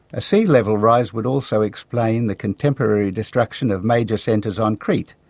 a sea level rise would also explain the contemporary destruction of major centres on crete.